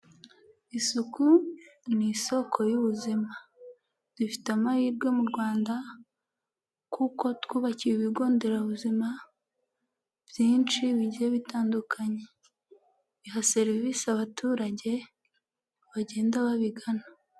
Isuku ni isoko y'ubuzima, dufite amahirwe mu Rwanda kuko twubakiye ibigo nderabuzima byinshi bigiye bitandukanye, biha serivise abaturage bagenda babigana.